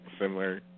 similar